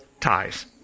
ties